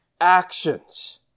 actions